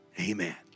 amen